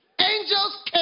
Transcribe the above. angels